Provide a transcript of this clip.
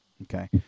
Okay